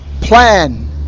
plan